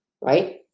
Right